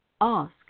ask